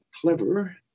clever